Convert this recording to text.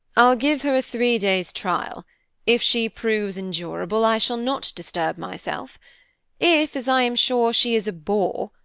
i'll give her a three days' trial if she proves endurable i shall not disturb myself if, as i am sure, she is a bore,